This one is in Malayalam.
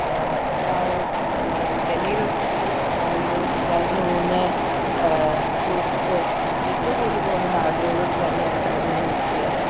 ഒരാൾ ഡെല്ലിയിലൊക്കെ വിനോദസഞ്ചാരത്തിന് പോകുന്നത് ടൂറിസ്റ്റ് ഏറ്റവും കൂടുതൽ പോകുന്നത് ആഗ്രയിലോട്ട് തന്നെയാണ് താജ്മഹൽ വിസിറ്റ് ചെയ്യാൻ